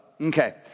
Okay